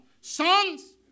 Sons